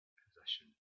possession